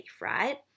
right